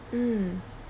mm